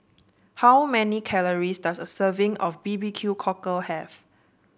how many calories does a serving of B B Q Cockle have